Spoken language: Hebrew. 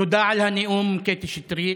תודה על הנאום, קטי שטרית.